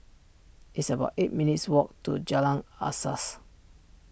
it's about eight minutes' walk to Jalan Asas